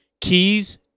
keys